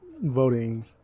voting